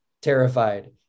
terrified